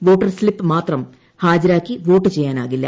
voter slip മാത്രം ഹാജരാക്കി vote ചെയ്യാൻ ആകില്ല